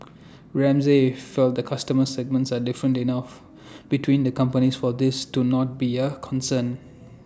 Ramsay feels the customer segments are different enough between the companies for this to not be A concern